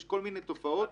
יש כל מיני תופעות.